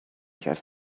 have